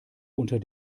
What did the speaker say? unter